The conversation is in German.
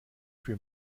für